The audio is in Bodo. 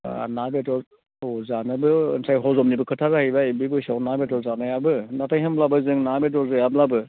ना बेदरखौ जानोबो ओमफ्राय हजमनिबो खोथा जाहैबाय बे बैसोआव ना बेदर जानायाबो नाथाय होमब्लाबो जों ना बेदर जायाब्लाबो